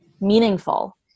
meaningful